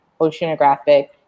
Oceanographic